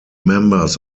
members